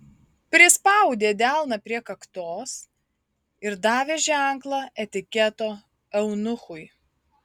prispaudė delną prie kaktos ir davė ženklą etiketo eunuchui